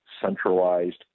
centralized